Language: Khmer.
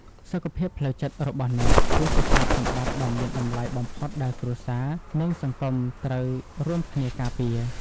សុខភាពផ្លូវចិត្តរបស់អ្នក គឺជាទ្រព្យសម្បត្តិដ៏មានតម្លៃបំផុតដែលគ្រួសារ និងសង្គមត្រូវរួមគ្នាការពារ។